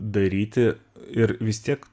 daryti ir vis tiek